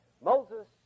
Moses